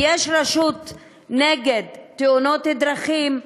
אם יש רשות נגד תאונות דרכים,